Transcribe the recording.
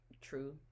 true